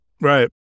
Right